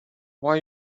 why